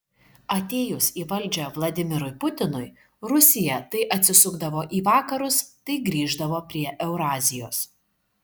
atėjus į valdžią vladimirui putinui rusija tai atsisukdavo į vakarus tai grįždavo prie eurazijos